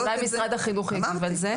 אולי משרד החינוך יגיב על זה,